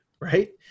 right